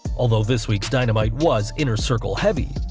although this week's dynamite was inner circle-heavy,